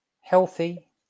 healthy